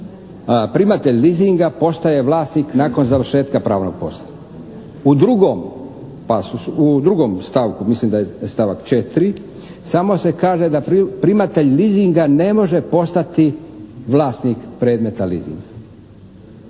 primatelj leasinga postaje vlasnik nakon završetka pravnog posla. U drugom pasusu, u drugom stavku, mislim da je stavak 4. samo se kaže da primatelj leasinga ne može postati vlasnik predmeta leasinga.